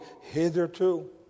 hitherto